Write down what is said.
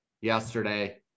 yesterday